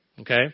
Okay